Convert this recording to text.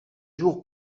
jour